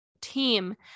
team